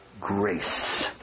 grace